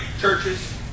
churches